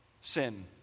Sin